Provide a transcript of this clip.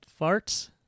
Farts